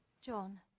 John